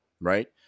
right